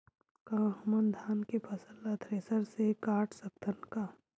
का हमन धान के फसल ला थ्रेसर से काट सकथन का?